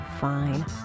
Fine